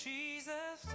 Jesus